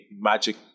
magic